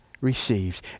receives